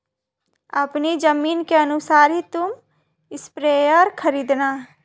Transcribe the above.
अपनी जमीन के अनुसार ही तुम स्प्रेयर खरीदना